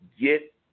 get